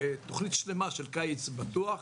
תוכנית שלמה של קיץ בטוח.